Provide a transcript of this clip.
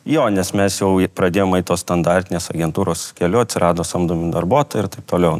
jo nes mes jau pradėjom eit tos standartinės agentūros keliu atsirado samdomi darbuotojai ir taip toliau